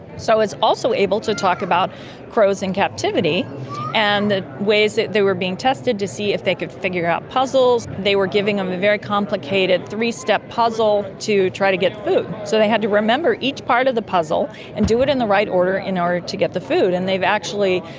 so i was also able to talk about crows in captivity and the ways that they were being tested to see if they could figure out puzzles. they were giving them a very complicated three-step puzzle to try to get food. so they had to remember each part of the puzzle and do it in the right order in order to get the food. and they've actually,